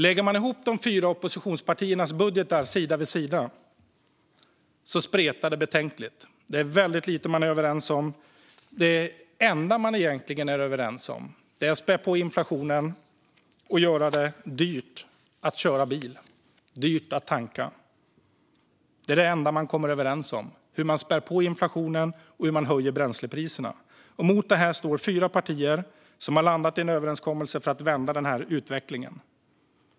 Lägger man de fyra oppositionspartiernas budgetar sida vid sida spretar det betänkligt. Det är väldigt lite man är överens om. Det enda man egentligen är överens om är att spä på inflationen och göra det dyrt att köra bil och dyrt att tanka. Det enda man kommer överens om är hur man spär på inflationen och hur man höjer bränslepriserna. Mot detta står fyra partier som har landat i en överenskommelse för att vända denna utveckling.